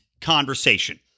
conversation